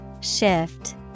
Shift